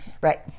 right